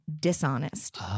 dishonest